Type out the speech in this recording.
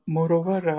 Moreover